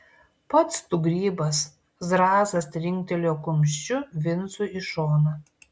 pats tu grybas zrazas trinktelėjo kumščiu vincui į šoną